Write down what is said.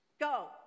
Go